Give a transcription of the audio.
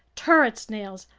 turret snails,